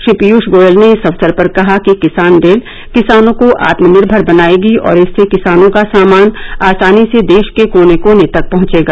श्री पीयष गोयल ने इस अवसर पर कहा कि किसान रेल किसानों को आत्मनिर्मर बनाएगी और इससे किसानों का सामान आसानी से देश के कोने कोने तक पहुंचेगा